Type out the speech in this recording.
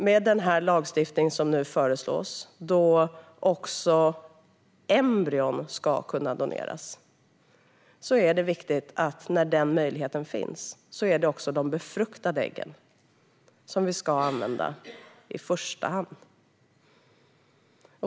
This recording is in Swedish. Med den lagstiftning som nu föreslås ska också embryon kunna doneras. När den möjligheten finns är det viktigt att det är de befruktade äggen som vi ska använda i första hand.